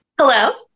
Hello